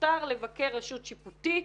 מותר לבקר רשות שיפוטית,